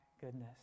goodness